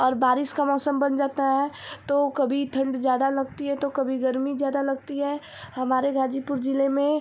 और बारिश का मौसम बन जाता है तो कभी ठंड ज़्यादा लगती है तो कभी गर्मी ज़्यादा लगती है हमारे गाजीपुर ज़िले में